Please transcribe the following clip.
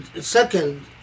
second